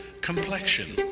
complexion